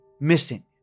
missing